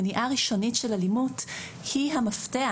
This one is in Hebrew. מניעה ראשונית של אלימות היא המפתח